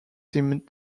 seemed